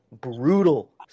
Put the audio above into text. brutal